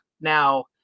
Now